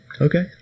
Okay